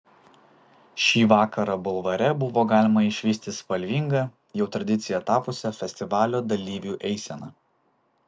šį vakarą bulvare buvo galima išvysti spalvingą jau tradicija tapusią festivalio dalyvių eiseną